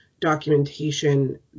documentation